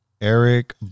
Eric